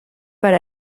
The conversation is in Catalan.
per